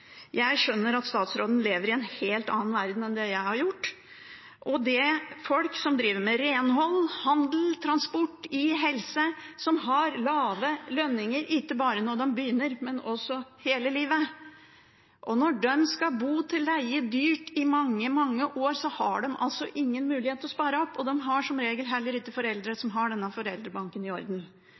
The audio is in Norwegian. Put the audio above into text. Jeg skjønner at statsråden lever i en helt annen verden enn det jeg har gjort. Når folk som driver med renhold, handel, transport eller jobber i helsevesenet, som har lave lønninger – ikke bare når de begynner å jobbe, men hele livet – skal bo til leie, dyrt, i mange år, har de ingen mulighet til å spare seg opp. De har som regel heller ikke foreldre som har «foreldrebanken» i orden.